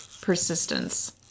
persistence